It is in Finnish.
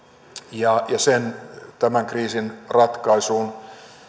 ja tämän kriisin ratkaisuun